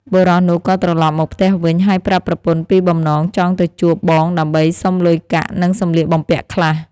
បុរសនោះក៏ត្រឡប់មកផ្ទះវិញ ហើយប្រាប់ប្រពន្ធពីបំណងចង់ទៅជួបបងដើម្បីសុំលុយកាក់ និងសម្លៀកបំពាក់ខ្លះ។